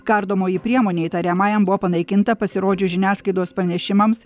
kardomoji priemonė įtariamajam buvo panaikinta pasirodžius žiniasklaidos pranešimams